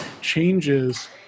changes